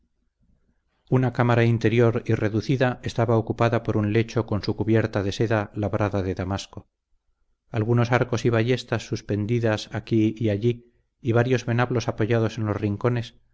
una cámara interior y reducida estaba ocupada por un lecho con su cubierta de seda labrada de damasco algunos arcos y ballestas suspendidas aquí y allí y varios venablos apoyados en los rincones